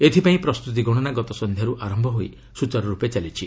ଏଥିପାଇଁ ପ୍ରସ୍ତୁତି ଗଣନା ଗତ ସନ୍ଧ୍ୟାରୁ ଆରମ୍ଭ ହୋଇ ସ୍ୱଚାରୁର୍ପେ ଚାଲିଛି